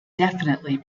definitely